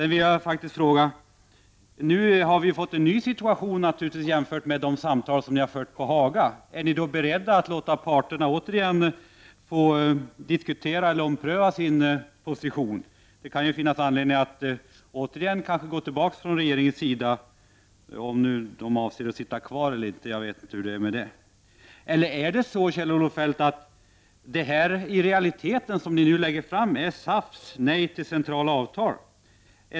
Nu är situationen en annan än den var när ni förde samtalen på Haga. Är ni då beredda att låta parterna återigen ompröva sin position? Det kan ju finnas anledning för regeringen att gå tillbaka — om den avser att sitta kvar. Eller är det så, Kjell-Olof Feldt, att det som ni nu lägger fram i realiteten är SAF:s nej till centrala avtal?